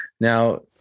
now